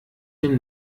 dem